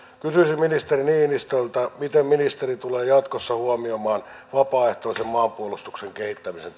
kysyisin ministeri niinistöltä miten ministeri tulee jatkossa huomioimaan vapaaehtoisen maanpuolustuksen kehittämisen